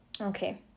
Okay